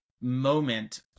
moment